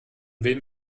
wem